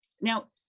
now